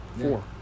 four